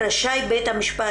במקום: רשאי בית המשפט,